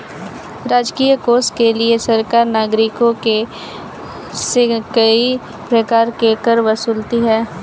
राजकीय कोष के लिए सरकार नागरिकों से कई प्रकार के कर वसूलती है